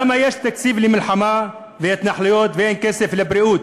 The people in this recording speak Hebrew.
למה יש תקציב למלחמה והתנחלויות ואין כסף לבריאות?